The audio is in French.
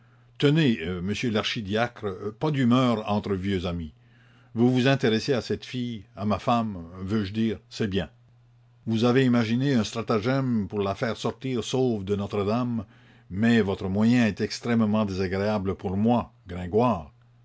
tenez monsieur l'archidiacre pas d'humeur entre vieux amis vous vous intéressez à cette fille à ma femme veux-je dire c'est bien vous avez imaginé un stratagème pour la faire sortir sauve de notre-dame mais votre moyen est extrêmement désagréable pour moi gringoire